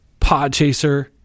Podchaser